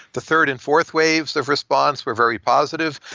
the third and fourth waves of response were very positive.